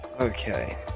Okay